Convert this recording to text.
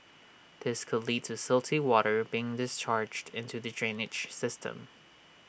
this could lead to silty water being discharged into the drainage system